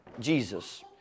Jesus